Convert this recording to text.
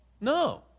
No